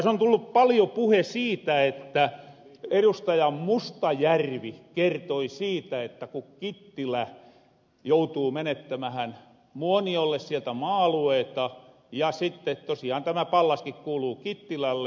täs on tullu paljon puhe siitä erustaja mustajärvi kertoi siitä ku kittilä joutuu menettämähän muoniolle sieltä maa alueita ja sitten tosiaan tämä pallaskin kuuluu kittilälle